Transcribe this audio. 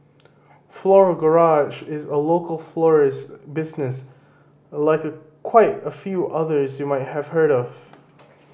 Floral Garage is a local florist business like quite a few others you might have heard of